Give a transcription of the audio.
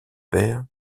père